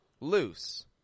loose